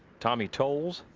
tommy tolles.